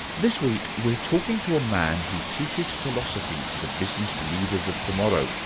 this week, we're talking to a man who teaches philosophy to the business leaders of tomorrow.